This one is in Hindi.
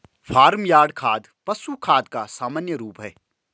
फार्म यार्ड खाद पशु खाद का सामान्य रूप है